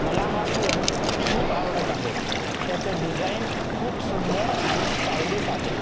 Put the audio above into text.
मला हा फोन खूप आवडत आहे त्याचं डिजाईन खूप सुंदर आणि स्टायलीस आहे